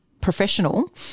professional